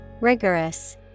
Rigorous